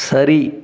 சரி